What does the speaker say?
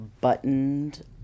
buttoned